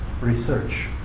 research